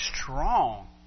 strong